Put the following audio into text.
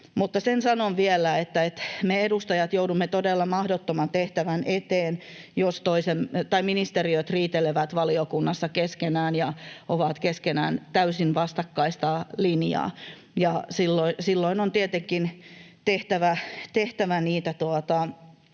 Mutta sen sanon vielä, että me edustajat joudumme todella mahdottoman tehtävän eteen, jos ministeriöt riitelevät valiokunnassa keskenään ja ovat keskenään täysin vastakkaista linjaa, ja silloin on tietenkin tehtävä niitä